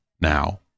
now